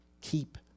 Keep